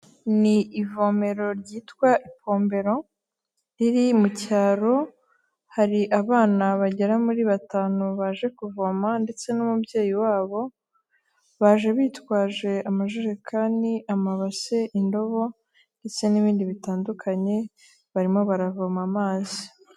Ni ivomero ryitwa ipombero, riri mu cyaro, hari abana bagera muri batanu baje kuvoma, ndetse n'umubyeyi wabo, baje bitwaje amajerekani, amabase, indobo ndetse n'ibindi bitandukanye, barimo baravoma amazi.